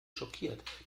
schockiert